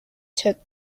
took